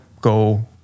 go